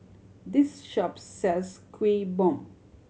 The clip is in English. this shop sells Kuih Bom